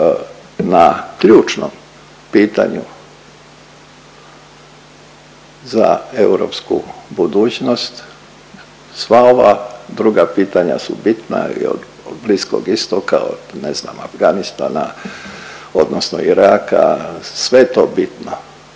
na ključnom pitanju za europsku budućnost, sva ova druga pitanja su bitna, i od Bliskog Istoka, od, ne znam, Afganistana odnosno Iraka, sve je to bitno.